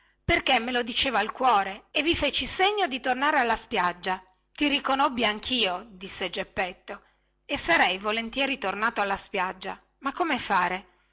perché me lo diceva il core e vi feci cenno di tornare alla spiaggia ti riconobbi anchio disse geppetto e sarei volentieri tornato alla spiaggia ma come fare